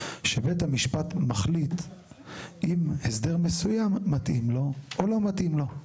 שבית המשפט מחליט אם הסדר מסוים מתאים לו או לא מתאים לו.